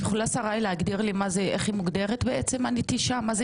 את יכולה שריי להגדיר לי בעצם מה זו נטישה?